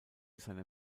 seiner